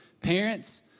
Parents